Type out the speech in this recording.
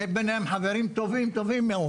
יש ביניהם חברים טובים מאוד.